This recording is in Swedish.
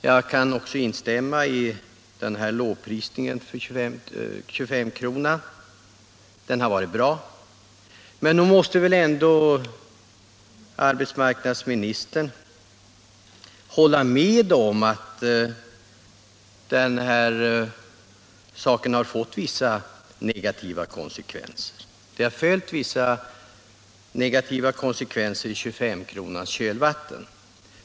Jag kan också instämma i statsrådets lovprisning av 2S-kronan — den har gjort stor nytta. Men nog måste väl ändå arbetsmarknadsministern hålla med om att vissa negativa konsekvenser har följt i 25-kronans kölvatten.